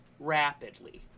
rapidly